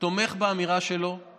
תומך באמירה שלו על